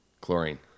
Chlorine